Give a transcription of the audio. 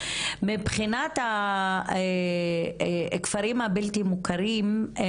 והם מחלקים את הכסף בהתאם לצרכים שעולים